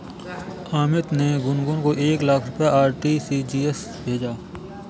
अमित ने गुनगुन को एक लाख रुपए आर.टी.जी.एस से भेजा